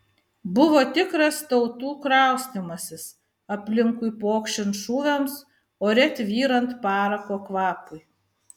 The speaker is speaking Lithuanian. buvo tikras tautų kraustymasis aplinkui pokšint šūviams ore tvyrant parako kvapui